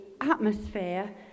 atmosphere